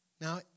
Now